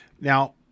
Now